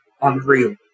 unreal